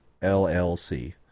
LLC